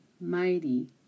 mighty